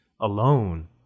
alone